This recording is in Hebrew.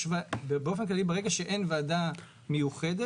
באופן כללי ברגע שאין ועדה מיוחדת